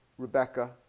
Rebecca